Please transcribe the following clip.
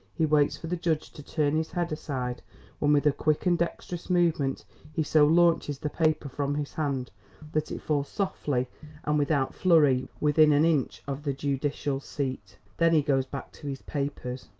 he waits for the judge to turn his head aside when with a quick and dextrous movement he so launches the paper from his hand that it falls softly and without flurry within an inch of the judicial seat. then he goes back to his papers.